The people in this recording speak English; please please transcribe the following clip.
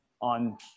on